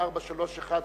ב-431,